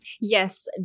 Yes